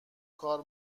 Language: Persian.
کار